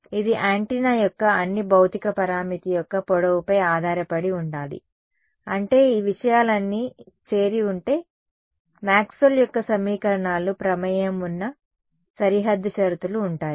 ఇది యాంటెన్నా యొక్క అన్ని భౌతిక పరామితి యొక్క పొడవుపై ఆధారపడి ఉండాలి అంటే ఈ విషయాలన్నీ చేరి ఉంటే మాక్స్వెల్ యొక్క సమీకరణాలు ప్రమేయం ఉన్న సరిహద్దు షరతులు ఉంటాయి